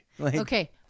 Okay